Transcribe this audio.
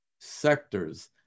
sectors